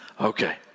Okay